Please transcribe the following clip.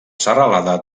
serralada